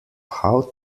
how